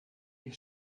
ihr